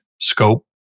scope